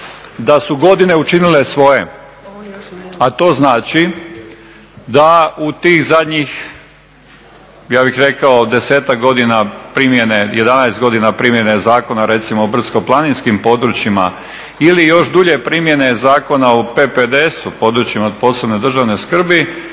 da su godine učinile svoje, a to znači da u tih zadnjih ja bih rekao 10-ak godina primjene, 11 godina primjene zakona o recimo brdsko-planinskim područjima ili još dulje primjene Zakona o PPDS-u, da su se neke stvari